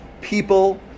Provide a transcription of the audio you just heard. people